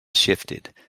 shifted